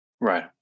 Right